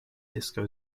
disco